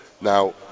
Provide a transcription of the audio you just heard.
now